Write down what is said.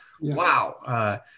wow